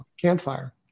campfire